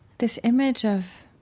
this image of